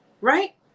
Right